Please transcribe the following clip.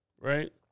right